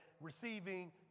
receiving